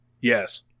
Yes